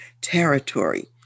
territory